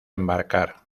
embarcar